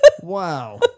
wow